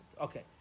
Okay